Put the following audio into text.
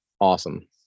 awesome